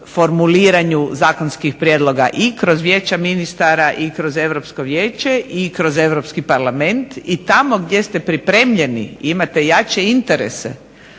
formuliranju zakonskih prijedloga i kroz vijeća ministara i kroz Europsko vijeće i kroz Europski parlament i tamo gdje ste pripremljeni i imate jače interese